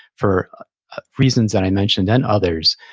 for reasons that i mentioned and others,